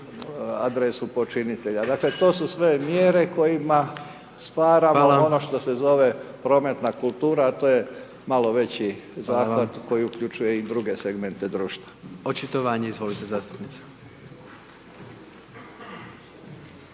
adresu počinitelja. Dakle, to su sve mjere kojima stvaramo …/Upadica: Hvala./… ono što se zove prometna kultura, a to je malo veći zahvat koji uključuje i druge segmente društva. **Jandroković, Gordan